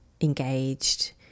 engaged